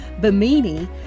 Bimini